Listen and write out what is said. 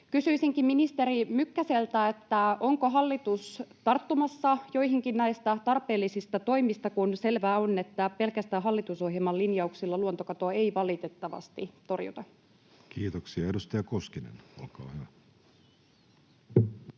Kysyisinkin ministeri Mykkäseltä: onko hallitus tarttumassa joihinkin näistä tarpeellisista toimista, kun selvää on, että pelkästään hallitusohjelman linjauksilla luontokatoa ei valitettavasti torjuta. Kiitoksia. — Edustaja Koskinen, olkaa hyvä.